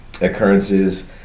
occurrences